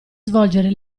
svolgere